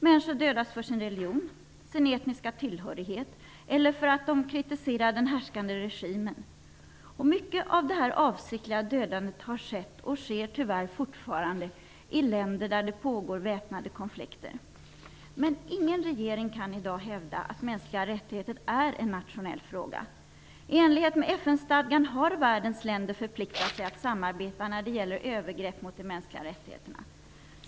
Människor dödas för sin religion, sin etniska tillhörighet eller för att de kritiserar den härskande regimen. Mycket av det avsiktliga dödandet har skett och sker tyvärr fortfarande i länder där det pågår väpnade konflikter. Men ingen regering kan i dag hävda att mänskliga rättigheter bara är en nationell fråga. Enligt FN-stadgan har världens länder förpliktat sig att samarbeta när det gäller övergrepp mot de mänskliga rättigheterna.